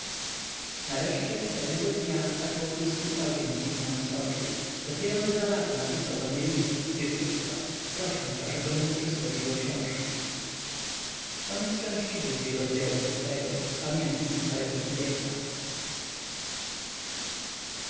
nareszcie pewnego dnia stach wokulski całkiem zniknął mi z oczu dopiero we dwa lata napisał do mnie list z irkucka prosząc abym mu przysłał jego książki